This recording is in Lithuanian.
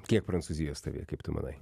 kiek prancūzijos tavyje kaip tu manai